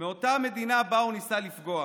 מאותה מדינה שבה הוא ניסה לפגוע.